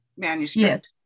Manuscript